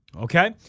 okay